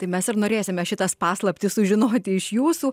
tai mes ir norėsime šitas paslaptis sužinoti iš jūsų